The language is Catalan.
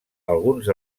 alguns